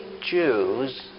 Jews